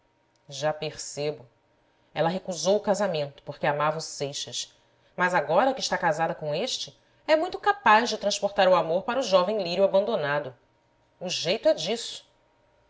já percebo ela recusou o casamento porque amava o seixas mas agora que está casada com este é muito capaz de transportar o amor para o jovem lírio abandonado o jeito é disso